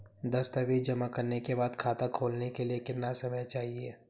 दस्तावेज़ जमा करने के बाद खाता खोलने के लिए कितना समय चाहिए?